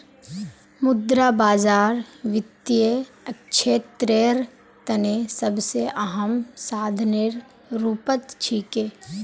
मुद्रा बाजार वित्तीय क्षेत्रेर तने सबसे अहम साधनेर रूपत छिके